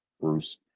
Bruce